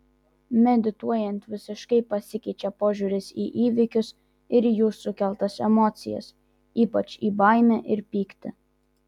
medituojant visiškai pasikeičia požiūris į įvykius ir jų sukeltas emocijas ypač į baimę ir pyktį